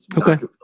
Okay